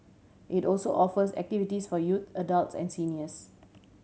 it also offers activities for youths adults and seniors